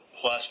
plus